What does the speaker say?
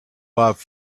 love